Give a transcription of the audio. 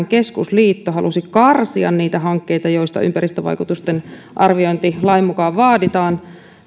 keskusliitto halusi karsia niitä hankkeita joista ympäristövaikutusten arviointi lain mukaan vaaditaan